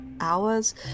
hours